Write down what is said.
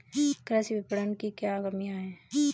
कृषि विपणन की क्या कमियाँ हैं?